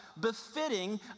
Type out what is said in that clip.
befitting